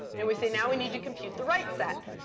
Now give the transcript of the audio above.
and we say, now we need to compute the write set.